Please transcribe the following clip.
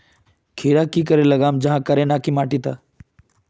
खीरा की करे लगाम जाहाँ करे ना की माटी त?